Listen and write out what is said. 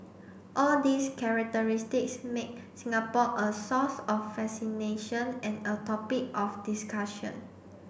all these characteristics make Singapore a source of fascination and a topic of discussion